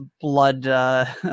blood